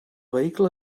vehicle